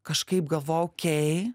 kažkaip galvojau okei